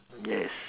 yes